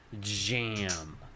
Jam